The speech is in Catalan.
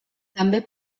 també